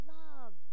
love